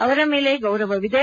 ಅವರ ಮೇಲೆ ಗೌರವ ಇದೆ